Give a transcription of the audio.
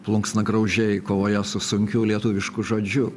plunksnagraužiai kovoje su sunkiu lietuvišku žodžiu